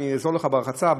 אני אעזור לך ברחצה,